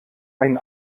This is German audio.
ein